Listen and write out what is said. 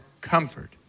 comfort